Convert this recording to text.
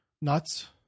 nuts